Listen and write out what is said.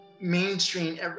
mainstream